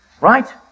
right